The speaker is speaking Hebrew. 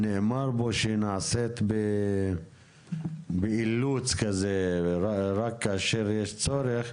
נאמר שהיא נעשית באילוץ ורק כאשר יש צורך.